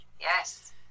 Yes